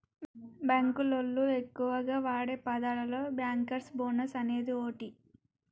బాంకులోళ్లు ఎక్కువగా వాడే పదాలలో బ్యాంకర్స్ బోనస్ అనేది ఓటి